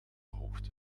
hoogte